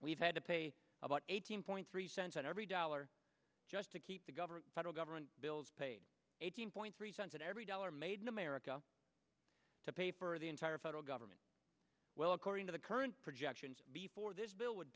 we've had to pay about eighteen point three cents on every dollar just to keep the government federal government bills paid eighteen point three cents on every dollar made in america to pay for the entire federal government well according to the current projections before this bill would